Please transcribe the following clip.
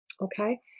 okay